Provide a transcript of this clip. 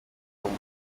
gabon